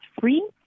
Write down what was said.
free